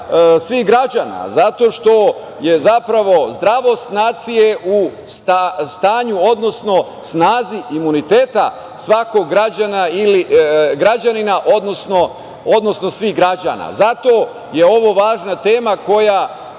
svih građana zato što je zapravo zdravost nacije u stanju, odnosno snazi imuniteta svakog građanina, odnosno svih građana. Zato je ovo važna tema koja